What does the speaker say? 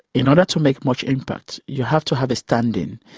in order to make much impact you have to have a standing,